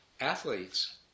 Athletes